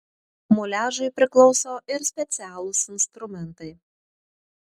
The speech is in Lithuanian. muliažui priklauso ir specialūs instrumentai